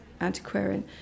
antiquarian